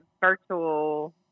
virtual